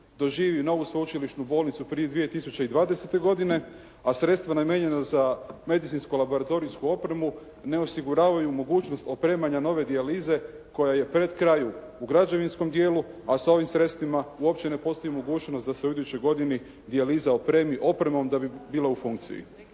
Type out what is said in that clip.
doživi novu Sveučilišnu bolnicu prije 2020. godine a sredstva namijenjena za medicinsko laboratorijsku opremu ne osiguravaju mogućnost opremanja nove dijalize koja je pred kraju u građevinskom djelu, a s ovim sredstvima uopće ne postoji mogućnost da se u idućoj godini dijaliza opremi opremom da bi bila u funkciji.